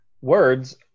words